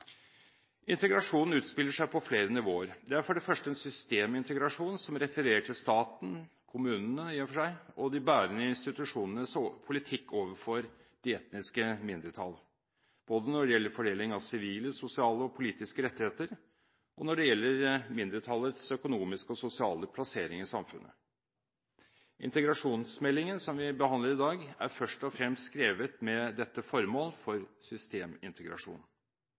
Integrasjonen er etter mitt skjønn svaret på det som assimilasjon og segregering representerer av problemer. Vellykket integrering respekterer forskjellig kulturpraksis, men forutsetter også gjensidig forpliktende fellesskap. Integrasjon utspiller seg på flere nivåer. Det er for det første en systemintegrasjon som refererer til staten – og i og for seg kommunen – og de bærende institusjonenes politikk overfor de etniske mindretall både når det gjelder fordeling av sivile, sosiale og politiske rettigheter, og når det gjelder mindretallets økonomiske og